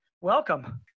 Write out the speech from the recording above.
welcome